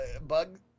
bug